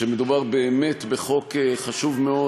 שמדובר באמת בחוק חשוב מאוד.